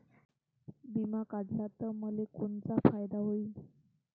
बिमा काढला त मले कोनचा फायदा होईन?